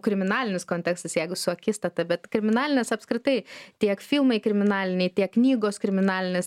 kriminalinis kontekstas jeigu su akistata bet kriminalinis apskritai tiek filmai kriminaliniai tiek knygos kriminalinės